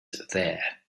there